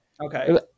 Okay